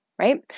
right